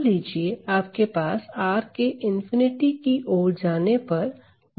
मान लीजिए आपके पास r के ∞ की ओर जाने पर डिस्टरबेंस है